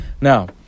Now